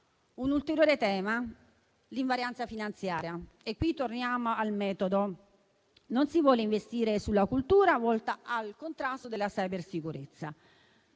Un ulteriore tema è quello dell'invarianza finanziaria e qui torniamo al metodo. Non si vuole investire sulla cultura volta al contrasto della cybersicurezza: